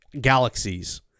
galaxies